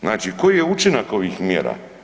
Znači koji je učinak ovih mjera?